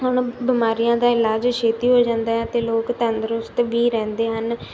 ਹੁਣ ਬਿਮਾਰੀਆਂ ਦਾ ਇਲਾਜ ਛੇਤੀ ਹੋ ਜਾਂਦਾ ਅਤੇ ਲੋਕ ਤੰਦਰੁਸਤ ਵੀ ਰਹਿੰਦੇ ਹਨ